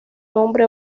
nombre